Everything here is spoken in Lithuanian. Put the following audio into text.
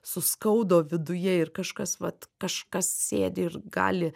suskaudo viduje ir kažkas vat kažkas sėdi ir gali